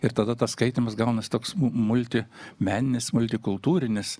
ir tada tas skaitymas gaunasi toks multi meninis multikultūrinis